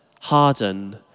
harden